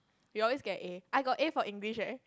we always get A I got A for my English eh